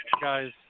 guys